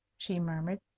she murmured,